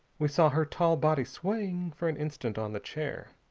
we saw her tall body swaying for an instant on the chair.